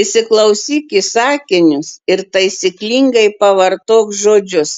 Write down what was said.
įsiklausyk į sakinius ir taisyklingai pavartok žodžius